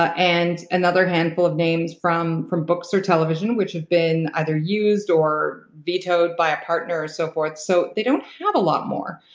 ah and another handful of names from from books or television which have been either used or vetoed by a partner or so forth. so they don't have a lot more.